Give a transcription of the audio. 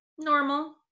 Normal